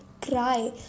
cry